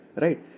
right